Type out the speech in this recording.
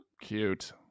Cute